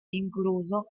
incluso